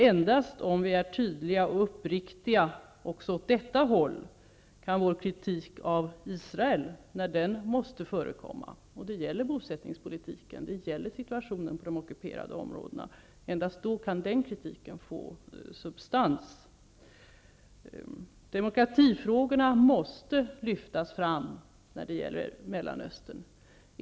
Endast om vi är tydliga och uppriktiga också åt detta håll kan vår kritik av Israel när den måste förekomma -- den gäller bosättningspolitiken, och den gäller situationen i de ockuperade områdena -- få substans. Demokratifrågorna måste lyftas fram när det gäller Mellanöstern.